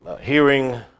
hearing